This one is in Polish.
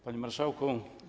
Panie Marszałku!